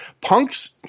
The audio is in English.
Punk's